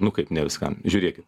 nu kaip ne viskam žiūrėkit